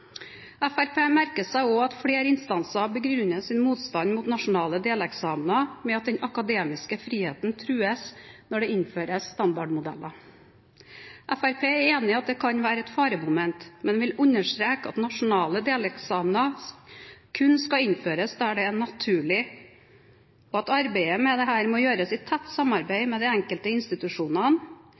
Fremskrittspartiet merker seg også at flere instanser begrunner sin motstand mot nasjonale deleksamener med at den akademiske friheten trues når det innføres standardmodeller. Fremskrittspartiet er enig i at dette kan være et faremoment, men vil understreke at nasjonale deleksamener kun skal innføres der det er naturlig, og at arbeidet med dette må gjøres i tett samarbeid med de enkelte institusjonene.